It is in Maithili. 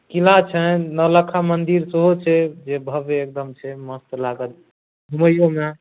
किला छनि नौलखा मन्दिर सेहो छै जे भव्य एकदम छै मस्त लागत घूमैयोमे